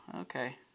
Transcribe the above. okay